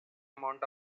amount